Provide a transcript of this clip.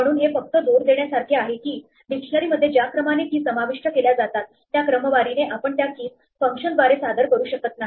म्हणून हे फक्त जोर देण्यासारखे आहे की डिक्शनरी मध्ये ज्या क्रमाने key समाविष्ट केल्या जातात त्या क्रमवारीने आपण त्या keys फंक्शन द्वारे सादर करू शकत नाही